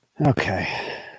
Okay